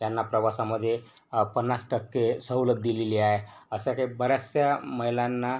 त्यांना प्रवासामधे पन्नास टक्के सवलत दिलेली आहे अशा काही बऱ्याचशा महिलांना